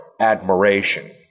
admiration